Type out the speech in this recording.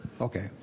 Okay